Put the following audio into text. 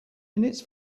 minutes